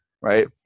right